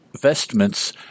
Vestments